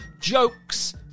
Jokes